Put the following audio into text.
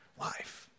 life